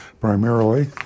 primarily